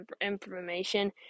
information